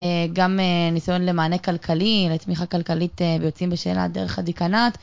גם ניסיון למענה כלכלי, לתמיכה כלכלית ויוצאים בשאלה דרך הדיקנת.